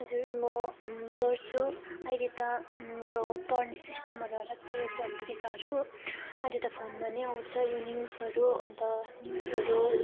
हजुर म पढ्छु अहिले त यो पढ्ने सिस्टमहरू अलग छ यो पत्रिकाहरू अहिले त यो फोनमा पनि आउँछ यो न्युजहरू अन्त न्युजहरू